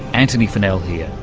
antony funnell here,